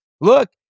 Look